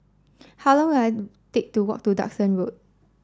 how long will I take to walk to Duxton Road